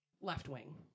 left-wing